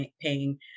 paying